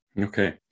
okay